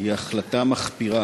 היא החלטה מחפירה,